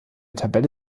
tabelle